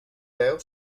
deu